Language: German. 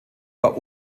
war